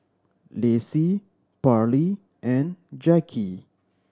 Lacy Parlee and Jackie